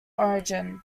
origin